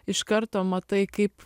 iš karto matai kaip